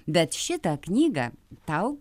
bet šitą knygą tau